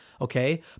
okay